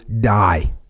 die